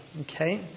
Okay